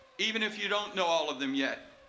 even if you don't know all of them yet.